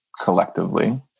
collectively